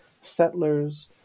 settlers